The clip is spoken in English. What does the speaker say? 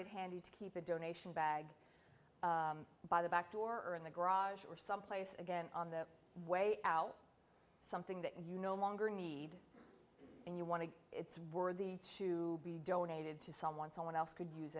it handy to keep a donation bag by the back door or in the garage or someplace again on the way out something that you no longer need and you want to it's worthy to be donated to someone someone else could use